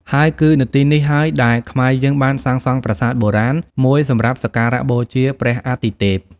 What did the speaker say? ហើយគឺនៅទីនេះហើយដែលខ្មែរយើងបានសាងសង់ប្រាសាទបូរាណ មួយសម្រាប់សក្ការៈបូជាព្រះអទិទេព។